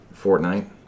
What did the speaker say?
Fortnite